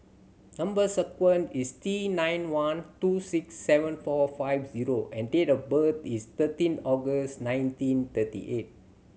number sequence is T nine one two six seven four five zero and date of birth is thirteen August nineteen thirty eight